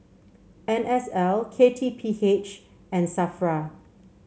N S L K T P H and Safra